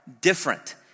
different